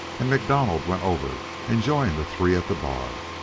and macdonald went over and joined the three at the bar.